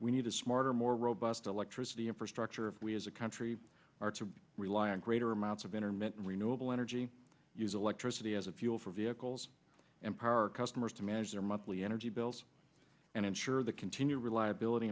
we need a smarter more robust electricity infrastructure if we as a country are to rely on greater amounts of intermittent renewable energy use electricity as a fuel for vehicles and power customers to manage their monthly energy bills and ensure the continued reliability